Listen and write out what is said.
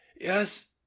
Yes